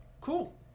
cool